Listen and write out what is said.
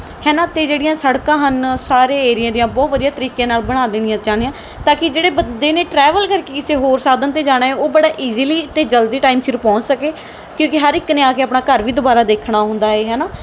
ਹੈ ਨਾ ਅਤੇ ਜਿਹੜੀਆਂ ਸੜਕਾਂ ਹਨ ਸਾਰੇ ਏਰੀਏ ਦੀਆਂ ਬਹੁਤ ਵਧੀਆ ਤਰੀਕੇ ਨਾਲ ਬਣਾ ਦੇਣੀਆਂ ਚਾਹੁੰਦੇ ਹਾਂ ਤਾਂ ਕਿ ਜਿਹੜੇ ਬੰਦੇ ਨੇ ਟਰੈਵਲ ਕਰਕੇ ਕਿਸੇ ਹੋਰ ਸਾਧਨ 'ਤੇ ਜਾਣਾ ਉਹ ਬੜਾ ਈਜ਼ੀਲੀ ਅਤੇ ਜਲਦੀ ਟਾਈਮ ਸਿਰ ਪਹੁੰਚ ਸਕੇ ਕਿਉਂਕਿ ਹਰ ਇੱਕ ਨੇ ਆ ਕੇ ਆਪਣਾ ਘਰ ਵੀ ਦੁਬਾਰਾ ਦੇਖਣਾ ਹੁੰਦਾ ਏ ਹੈ ਨਾ